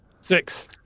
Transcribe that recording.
Six